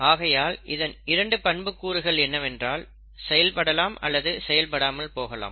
ஆகையால் இதன் இரண்டு பண்புக்கூறுகள் என்னவென்றால் செயல் படலாம் அல்லது செயல்படாமல் போகலாம்